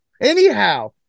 Anyhow